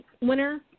winner